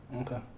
Okay